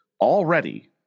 already